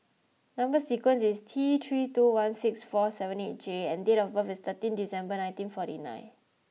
number sequence is T three two one six four seven eight J and date of birth is thirteen December nineteen and forty nine